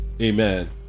Amen